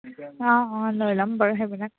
অঁ অঁ লৈ ল'ম বাৰু সেইবিলাক